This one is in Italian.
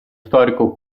storico